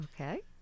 Okay